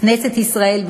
כנסת ישראל,